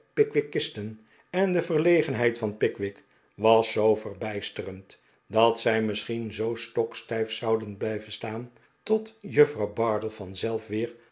pickwickisten en de verlegenheid van pickwick was zoo verbijsterend dat zij misschien zoo stokstijf zouden zijn blijven staan tot juffrouw bardell vanzelf weer